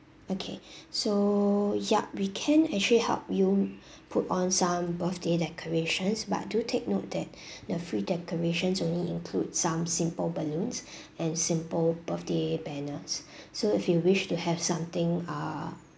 okay so yup we can actually help you put on some birthday decorations but do take note that the free decorations only include some simple balloons and simple birthday banners so if you wish to have something uh